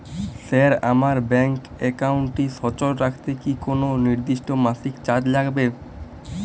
Sir আমার bank একাউন্টটি সচল রাখতে কি কোনো নির্দিষ্ট মাসিক চার্জ লাগবে?